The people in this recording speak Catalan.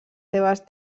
seves